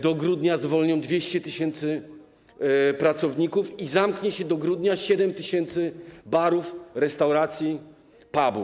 Do grudnia zwolnią 200 tys. pracowników i zamknie się do grudnia 7 tys. barów, restauracji, pubów.